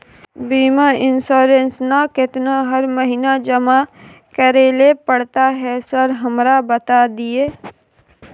बीमा इन्सुरेंस ना केतना हर महीना जमा करैले पड़ता है सर हमरा बता दिय?